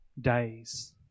days